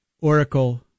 Oracle